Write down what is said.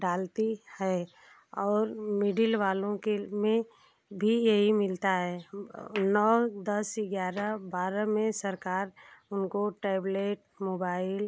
डालती है और मिडिल वालों के में भी यही मिलता है नौ दस ग्यारह बारह में सरकार उनको टैबलेट मोबाइल